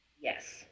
Yes